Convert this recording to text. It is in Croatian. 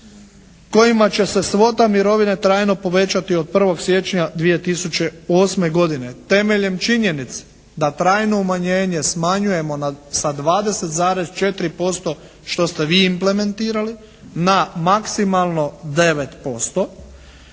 kojima će svota mirovine trajno povećati od 1. siječnja 2008. godine temeljem činjenice da trajno umanjenje smanjujemo sa 20,4% što ste vi implementirali na maksimalno 9%,